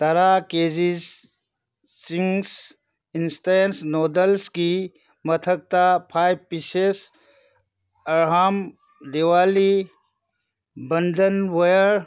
ꯇꯔꯥ ꯀꯦꯖꯤꯁ Ching's instant ꯅꯣꯗꯜꯁꯀꯤ ꯃꯊꯛꯇ ꯐꯥꯏꯚ ꯄꯤꯁꯦꯁ ꯑꯍꯥꯝ ꯗꯤꯋꯥꯂꯤ ꯕꯟꯗꯟ ꯋꯦꯌꯔ